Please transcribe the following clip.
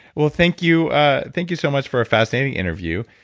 well, thank you ah thank you so much for a fascinating interview.